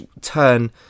turn